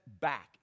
back